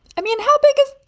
i mean, how big is